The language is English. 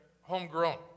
homegrown